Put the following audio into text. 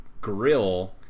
grill